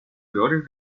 peores